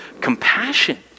compassion